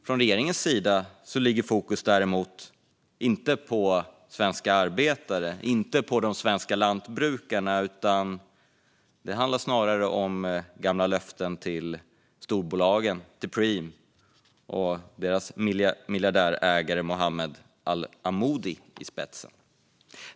Från regeringens sida ligger dock inte fokus på svenska arbetare eller lantbrukare, utan det handlar snarare om gamla löften till storbolagen, som Preem med dess miljardärägare Mohammed al-Amoudi i spetsen.